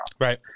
Right